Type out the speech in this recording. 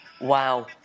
Wow